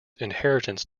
inheritance